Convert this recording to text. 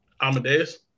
Amadeus